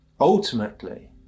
ultimately